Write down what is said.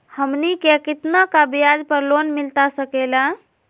हमनी के कितना का ब्याज पर लोन मिलता सकेला?